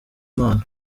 impano